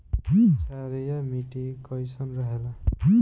क्षारीय मिट्टी कईसन रहेला?